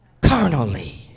carnally